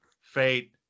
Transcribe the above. fate